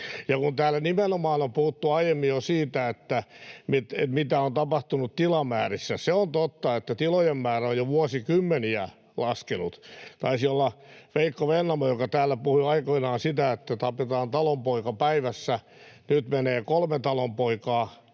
Täällä on puhuttu jo aiemmin nimenomaan siitä, mitä on tapahtunut tilamäärissä. Se on totta, että tilojen määrä on jo vuosikymmeniä laskenut. Taisi olla Veikko Vennamo, joka täällä puhui aikoinaan sitä, että tapetaan talonpoika päivässä — nyt menee kolme talonpoikaa